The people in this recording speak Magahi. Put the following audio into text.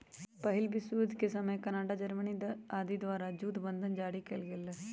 पहिल विश्वजुद्ध के समय कनाडा, जर्मनी आदि द्वारा जुद्ध बन्धन जारि कएल गेल रहै